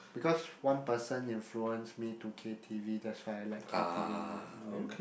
because one person influence me to K_t_v that's why I like K_t_v n~ very much